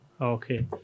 Okay